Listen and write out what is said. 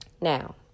Now